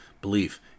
belief